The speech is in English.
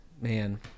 Man